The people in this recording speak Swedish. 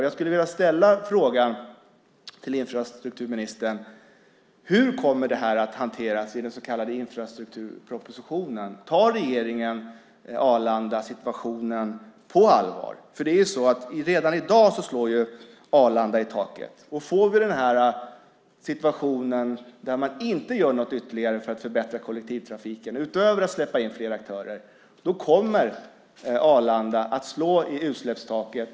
Jag skulle vilja fråga infrastrukturministern hur det här kommer att hanteras i den så kallade infrastrukturpropositionen. Tar regeringen situationen på Arlanda på allvar? Redan i dag slår Arlanda i taket. Får vi en situation där man inte gör något ytterligare för att förbättra kollektivtrafiken, utöver att släppa in fler aktörer, kommer Arlanda att slå i utsläppstaket.